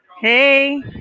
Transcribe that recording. Hey